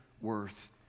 worth